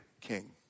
king